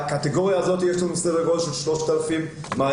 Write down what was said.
בקטגוריה הזאת יש לנו סדר גודל של 3,000 מענים